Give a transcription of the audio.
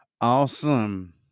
Awesome